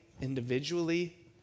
individually